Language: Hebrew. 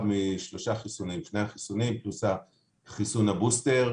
משני חיסונים: שני החיסונים פלוס חיסון הבוסטר.